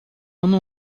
uno